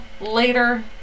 later